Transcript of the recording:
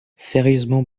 sérieusement